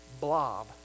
blob